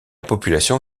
population